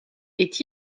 est